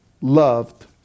loved